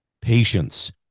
Patience